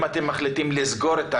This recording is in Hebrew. אם אתם מחליטים לסגור את העסק,